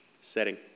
setting